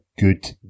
good